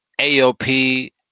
AOP